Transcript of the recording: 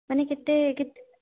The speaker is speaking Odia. ମାନେ କେତେ କେତେ